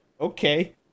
Okay